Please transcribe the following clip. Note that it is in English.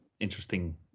Interesting